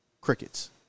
Crickets